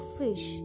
fish